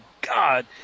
god